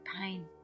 pain